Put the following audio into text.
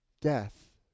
death